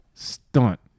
stunt